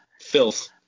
Filth